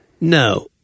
no